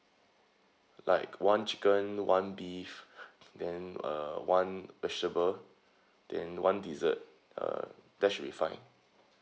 like one chicken one beef then uh one vegetable then one dessert uh that should be fine